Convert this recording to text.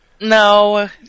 No